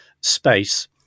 space